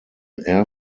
air